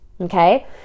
okay